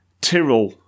Tyrrell